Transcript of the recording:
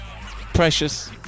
precious